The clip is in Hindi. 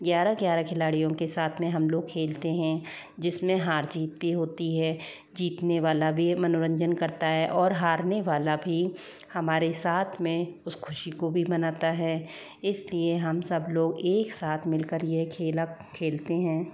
ग्यारह ग्यारह खिलाड़ियों के साथ में हम लोग खेलते हैं जिसमें हार जीत भी होती हैं जीतने वाला भी यह मनोरंजन करता हैं और हारने वाला भी हमारे साथ में उस खुशी को भी मनाता हैं इसलिए हम सब लोग एक साथ मिलकर यह खेल अब खेलते हैं